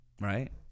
right